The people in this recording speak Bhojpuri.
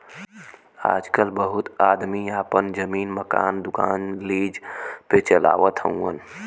आजकल बहुत आदमी आपन जमीन, मकान, दुकान लीज पे चलावत हउअन